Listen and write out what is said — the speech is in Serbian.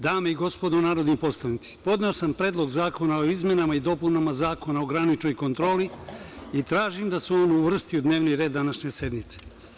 Dame i gospodo narodni poslanici, podneo sam Predlog zakona o izmenama i dopunama Zakona o graničnoj kontroli i tražim da se on uvrsti u dnevni red današnje sednice.